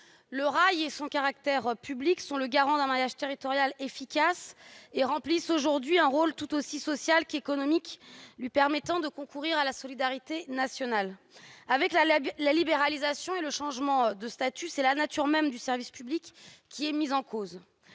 comme son caractère public, est le garant d'un maillage territorial efficace et remplit aujourd'hui un rôle tout aussi social qu'économique, lui permettant de concourir à la solidarité nationale. Avec la libéralisation et le changement de statut, c'est la nature même du service public qui est mise en cause.